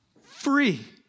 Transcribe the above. free